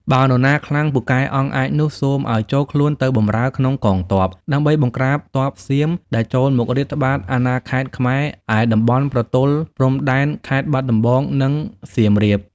បើនរណាខ្លាំងពូកែអង់អាចនោះ សូមឲ្យចូលខ្លួនទៅបម្រើក្នុងកងទ័ព ដើម្បីបង្ក្រាបទ័ពសៀមដែលចូលមករាតត្បាតអាណាខេត្តខ្មែរ ឯតំបន់ប្រទល់ព្រំដែនខេត្តបាត់ដំបង និងសៀមរាប។